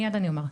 מיד אני אומר.